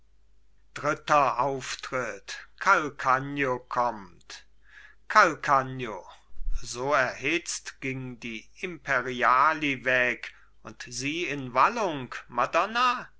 dritter auftritt calcagno kommt calcagno so erhitzt ging die imperiali weg und sie in wallung madonna